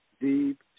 deep